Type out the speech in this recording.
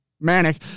manic